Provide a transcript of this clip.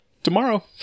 Tomorrow